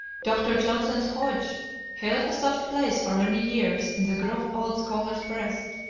dr. johnson's hodge held a soft place for many years in the gruff old scholar's breast.